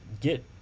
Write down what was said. get